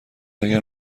اگر